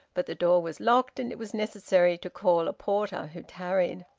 but the door was locked, and it was necessary to call a porter, who tarried.